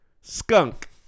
Skunk